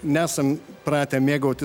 nesam pratę mėgautis